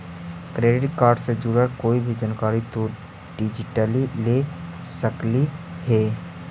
credit card से जुड़ल कोई भी जानकारी तु डिजिटली ले सकलहिं हे